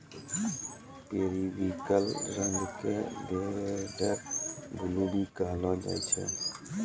periwinkle रंग क lavender blue भी कहलो जाय छै